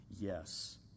yes